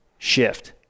shift